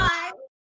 Bye